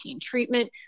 treatment